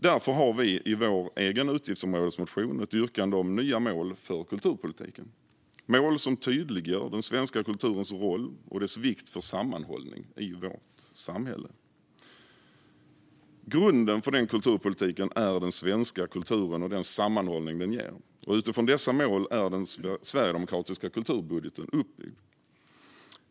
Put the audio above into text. Därför har vi i vår egen utgiftsområdesmotion ett yrkande om nya mål för kulturpolitiken, mål som tydliggör den svenska kulturens roll och dess vikt för sammanhållningen i vårt samhälle. Grunden för den kulturpolitiken är den svenska kulturen och den sammanhållning den ger, och utifrån dessa mål är den sverigedemokratiska kulturbudgeten uppbyggd.